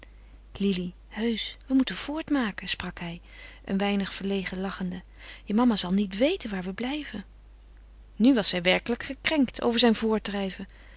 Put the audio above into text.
lili heusch we moeten voortmaken sprak hij een weinig verlegen lachende je mama zal niet weten waar we blijven nu was zij werkelijk gekrenkt over zijn